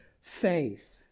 faith